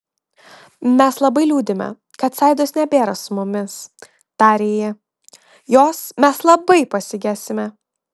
mes labai liūdime kad saidos nebėra su mumis tarė ji jos mes labai pasigesime